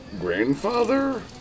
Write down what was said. grandfather